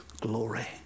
glory